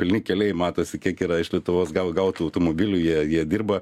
pilni keliai matosi kiek yra iš lietuvos gau gautų automobilių jie jie dirba